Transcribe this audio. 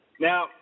Now